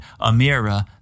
Amira